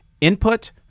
Input